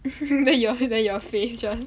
if you can get your 黑白 your face just